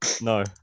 No